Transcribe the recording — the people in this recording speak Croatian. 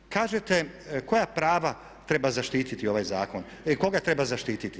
Kažete koja prava treba zaštititi ovaj zakon, koga treba zaštititi?